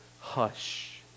Hush